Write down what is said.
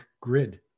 grid